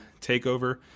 Takeover